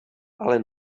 ale